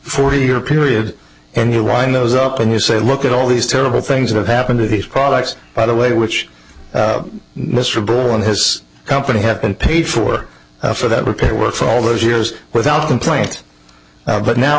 forty year period and you wind those up and you say look at all these terrible things that have happened to these products by the way which mr braun has company have been paid for for that repair work for all those years without complaint but now